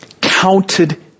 counted